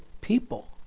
people